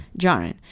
Jaren